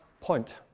point